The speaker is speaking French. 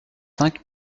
cinq